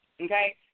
okay